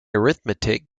arithmetic